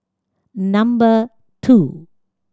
number two